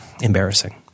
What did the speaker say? embarrassing